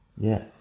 Yes